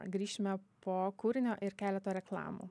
grįšime po kūrinio ir keleto reklamų